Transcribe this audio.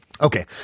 Okay